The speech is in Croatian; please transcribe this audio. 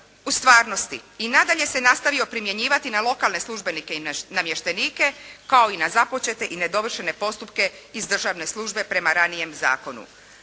u stvarnosti. I nadalje se nastavio primjenjivati na lokalne službenike i namještenike kao i na započete i nedovršene postupke iz državne službe prema ranijem zakonu.